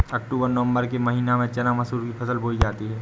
अक्टूबर नवम्बर के महीना में चना मसूर की फसल बोई जाती है?